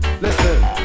Listen